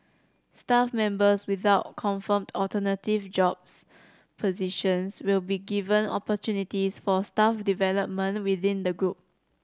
staff members without confirmed alternative jobs positions will be given opportunities for staff development within the group